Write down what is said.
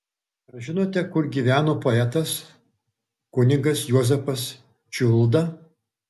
ar žinote kur gyveno poetas kunigas juozapas čiulda